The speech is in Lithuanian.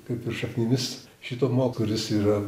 kaip ir šaknimis šito mo kuris yra